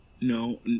no